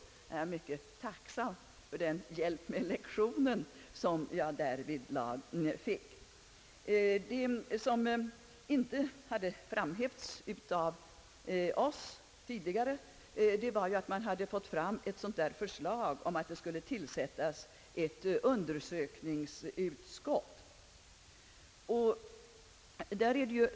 Jag är mycket tacksam för den lektion vi fick av honom därvidlag, bl.a. eftersom det inte hade framhävts av oss tidigare att ett förslag ställts i FN om att det skulle tillsättas ett undersökningsutskott, ett förslag som Sverige inte röstade för.